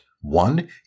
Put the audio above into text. One